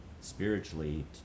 spiritually